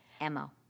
M-O